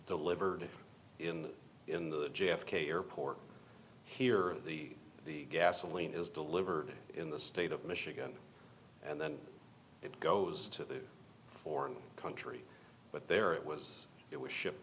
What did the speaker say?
delivered in the j f k airport here the gasoline is delivered in the state of michigan and then it goes to the foreign country but there it was it was shipped